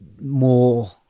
more